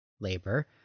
labor